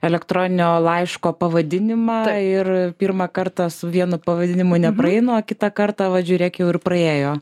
elektroninio laiško pavadinimą ir pirmą kartą su vienu pavadinimu nepraeina o kitą kartą vat žiūrėk jau ir praėjo